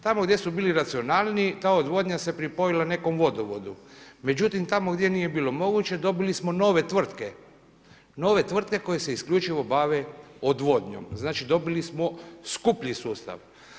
Tamo gdje smo bili racionalniji ta odvodnja se pripojila nekom vodovodu, međutim tamo gdje nije bilo moguće dobili smo nove tvrtke, nove tvrtke koje se isključivo bave odvodnjom, znači dobili smo skuplji sustav.